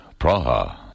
Praha